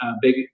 big